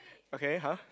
okay !huh!